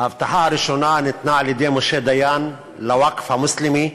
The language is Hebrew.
ההבטחה הראשונה ניתנה על-ידי משה דיין לווקף המוסלמי.